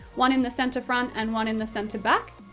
one in the centre front, and one in the centre back,